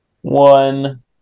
one